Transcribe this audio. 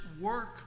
work